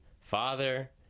father